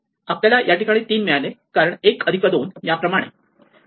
आपल्याला या ठिकाणी 3 मिळाले कारण 1 अधिक 2 याप्रमाणे